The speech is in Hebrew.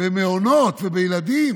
במעונות ובילדים